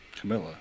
Camilla